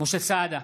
משה סעדה,